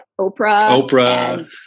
Oprah